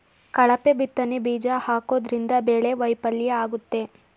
ಕಳಪೆ ಬಿತ್ತನೆ ಬೀಜ ಹಾಕೋದ್ರಿಂದ ಬೆಳೆ ವೈಫಲ್ಯ ಆಗುತ್ತೆ